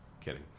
Kidding